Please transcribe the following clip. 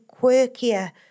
quirkier